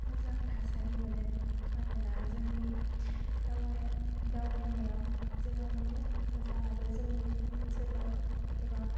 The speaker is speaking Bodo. मोजां थासारि मोनो मानोना जोंनि दावबाया दावबायनायाव जोबाङैनो मोजां आरो जोंनि ओनसोलाव गोबां